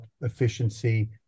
efficiency